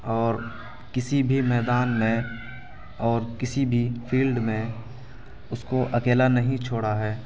اور کسی بھی میدان میں اور کسی بھی فیلڈ میں اس کو اکیلا نہیں چھوڑا ہے